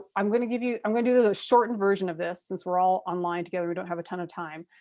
i'm gonna give you, i'm gonna do the shortened version of this since we're all online together, we don't have a ton of time.